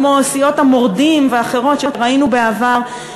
כמו סיעות המורדים ואחרות שראינו בעבר,